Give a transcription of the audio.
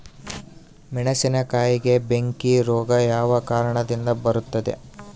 ಮೆಣಸಿನಕಾಯಿಗೆ ಬೆಂಕಿ ರೋಗ ಯಾವ ಕಾರಣದಿಂದ ಬರುತ್ತದೆ?